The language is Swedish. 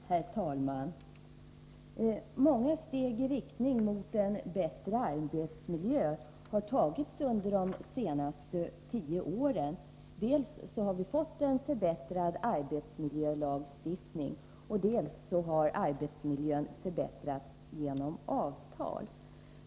Herr talman! Många steg i riktning mot en bättre arbetsmiljö har tagits under de senaste tio åren. Dels har vi fått en förbättrad arbetsmiljölagstiftning, dels har arbetsmiljön förbättrats genom avtal.